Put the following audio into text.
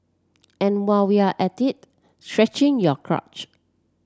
and while we're at it stretching your crotch